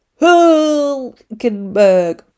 Hulkenberg